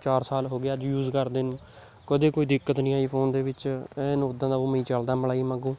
ਚਾਰ ਸਾਲ ਹੋ ਗਏ ਆ ਯੂਜ ਕਰਦੇ ਨੂੰ ਕਦੇ ਕੋਈ ਦਿੱਕਤ ਨਹੀਂ ਆਈ ਫੋਨ ਦੇ ਵਿੱਚ ਐਨ ਉੱਦਾਂ ਦਾ ਉਵੇਂ ਹੀ ਚਲਦਾ ਮਲਾਈ ਵਾਂਗੂੂ